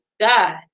God